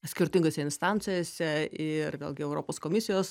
skirtingose instancijose ir vėlgi europos komisijos